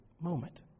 moment